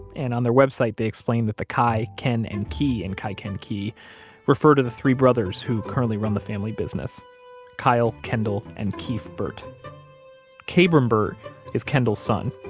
and on their website, they explain that the ky, ken, and kee in kykenkee refer to the three brothers who currently run the family business kyle, kendall, and keefe burt kabrahm burt is kendall's son.